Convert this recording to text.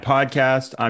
Podcast